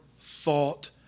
thought